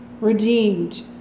redeemed